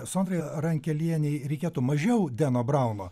sondrai rankelienei reikėtų mažiau deno brauno